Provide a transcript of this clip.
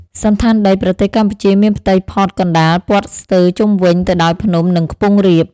សណ្ឋានដីប្រទេសកម្ពុជាមានផ្ទៃផតកណ្ដាល ព័ទ្ធស្ទើរជុំវិញទៅដោយភ្នំ និងខ្ពង់រាប។